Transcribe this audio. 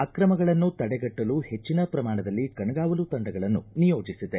ಅಕ್ರಮಗಳನ್ನು ತಡೆಗಟ್ಟಲು ಹೆಚ್ಚನ ಪ್ರಮಾಣದಲ್ಲಿ ಕಣ್ಗಾವಲು ತಂಡಗಳನ್ನು ನಿಯೋಜಿಸಿದೆ